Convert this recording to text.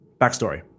backstory